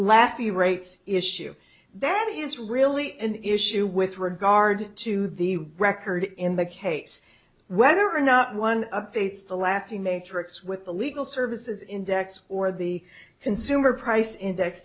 y rates issue that is really an issue with regard to the record in the case whether or not one updates the laughing matrix with the legal services index or the consumer price index